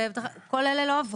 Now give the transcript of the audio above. אבל אין לו.